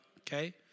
okay